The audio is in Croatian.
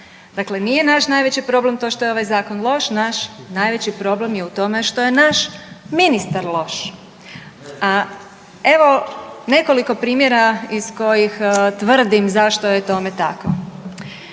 Dakle, nije naš najveći problem to što je ovaj Zakon. Naš najveći problem je u tome što je naš ministar loš. A evo nekoliko primjera iz kojih tvrdim zašto je tome tako.